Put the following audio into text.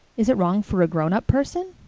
is it wrong for a grown-up person?